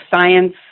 science